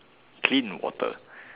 clean water